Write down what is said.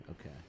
okay